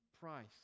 price